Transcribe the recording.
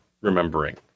remembering